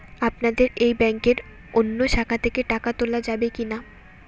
আপনাদের এই ব্যাংকের অন্য শাখা থেকে টাকা তোলা যাবে কি না?